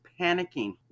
panicking